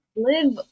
live